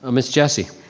ah ms. jessie.